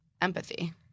empathy